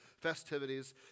festivities